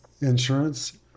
insurance